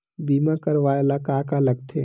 बीमा करवाय ला का का लगथे?